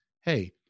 hey